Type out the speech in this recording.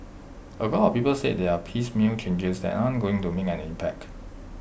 A lot of people say they are piecemeal changes that aren't going to make an impact